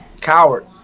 Coward